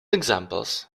examples